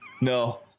No